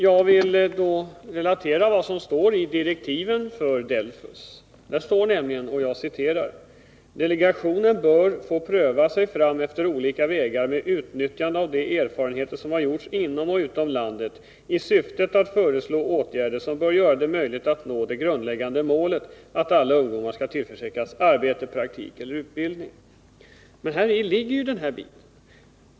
Jag vill därför relatera vad som står i direktiven för DELFUS: ”Delegationen bör få pröva sig fram efter olika vägar med utnyttjande av de erfarenheter som har gjorts inom och utom landet i syfte att föreslå åtgärder som bör göra det möjligt att nå det grundläggande målet att alla ungdomar skall tillförsäkras arbete, praktik eller utbildning.” Men häri ligger denna bit.